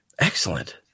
Excellent